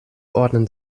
ordnen